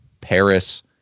Paris